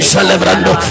Celebrando